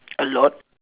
a lot